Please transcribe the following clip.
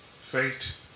Fate